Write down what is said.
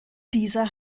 dieser